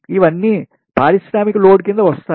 ఇవన్నీ పారిశ్రామిక లోడ్ కింద వస్తాయి